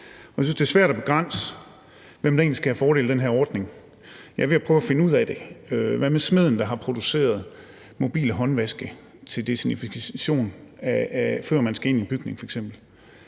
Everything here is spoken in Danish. jeg synes, det er svært at afgrænse, hvem der egentlig skal have fordel af den her ordning. Jeg er ved at prøve at finde ud af det. Hvad med f.eks. smeden, der har produceret mobile håndvaske til desinfektion, før man skal ind i en bygning?